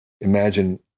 imagine